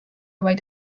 vaid